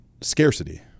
scarcity